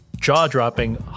jaw-dropping